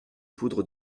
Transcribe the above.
poudres